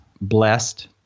blessed